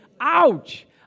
Ouch